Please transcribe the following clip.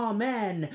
Amen